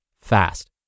fast